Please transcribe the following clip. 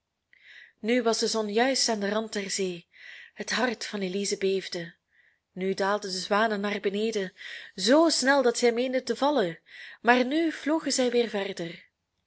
nu was de zon juist aan den rand der zee het hart van elize beefde nu daalden de zwanen naar beneden zoo snel dat zij meende te vallen maar nu vlogen zij weer verder